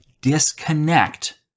disconnect